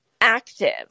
active